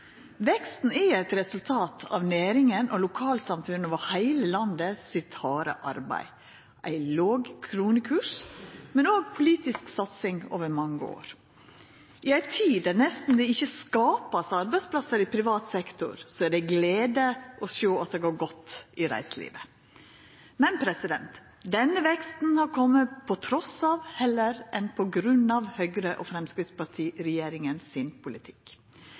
Veksten er eit resultat av det harde arbeidet til næringa og lokalsamfunna over heile landet og ei låg kronekurs, men òg av politisk satsing over mange år. I ei tid der det nesten ikkje vert skapt arbeidsplassar i privat sektor, er det ei glede å sjå at det går godt i reiselivet. Men denne veksten har kome trass i – heller enn på grunn av – Høgre–Framstegsparti-regjeringas politikk.